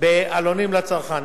בעלונים לצרכן.